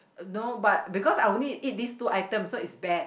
no but because I only eat these two item so is bad